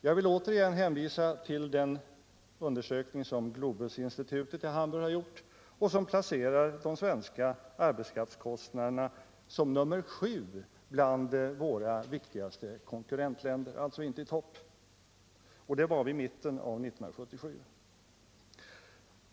Jag vill ännu en gång hänvisa till den undersökning som Globusinstitutet i Hamburg har gjort och som placerar de svenska arbetskraftskostnaderna på sjunde plats i jämförelse med våra viktigaste konkurrentländer, alltså inte i topp. Det gällde mitten av 1977.